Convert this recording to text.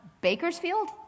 Bakersfield